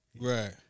Right